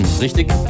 Richtig